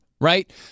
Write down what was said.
right